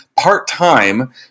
part-time